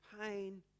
pain